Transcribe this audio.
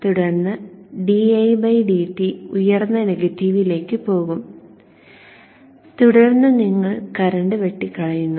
തുടർന്ന് didt ഉയർന്ന നെഗറ്റീവിലേക്കു പോകും തുടർന്ന് നിങ്ങൾ കറന്റ് വെട്ടിക്കളയുന്നു